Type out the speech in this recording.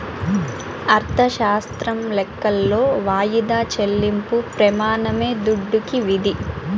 అర్ధశాస్త్రం లెక్కలో వాయిదా చెల్లింపు ప్రెమానమే దుడ్డుకి విధి